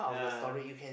yeah